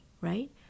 right